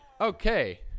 Okay